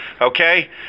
Okay